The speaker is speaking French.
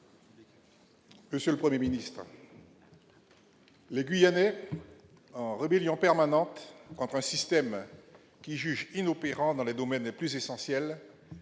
Monsieur le Premier ministre, les Guyanais, en rébellion permanente contre un système qu'ils jugent inopérant dans les domaines les plus essentiels,